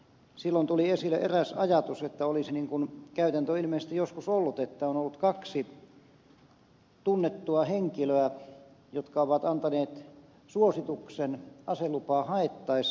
silloin tuli esille eräs ajatus käytäntö olisi ilmeisesti joskus ollut että on ollut kaksi tunnettua henkilöä jotka ovat antaneet suosituksen aselupaa haettaessa